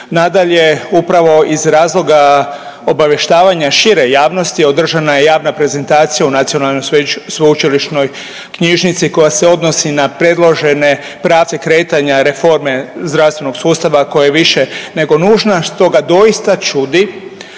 Nadalje upravo iz razloga obavještavanja šire javnosti održana je javna prezentacija u Nacionalnoj sveučilišnoj knjižnici koja se odnosi na predložene pravce kretanja reforme zdravstvenog sustava koja je više nego nužna, stoga doista čudi